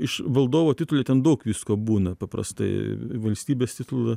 iš valdovo titulų ten daug visko būna paprastai valstybės titulą